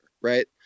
right